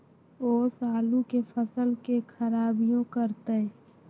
ओस आलू के फसल के खराबियों करतै?